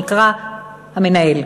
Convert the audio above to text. שנקרא "המנהל".